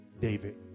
David